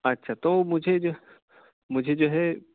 اچھا تو مجھے جو مجھے جو ہے